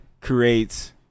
creates